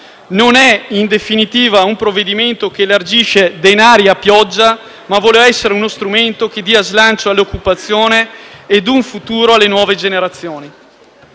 Non è, in definitiva, un provvedimento che elargisce denari a pioggia ma vuole essere uno strumento per dare slancio all'occupazione ed un futuro alle nuove generazioni.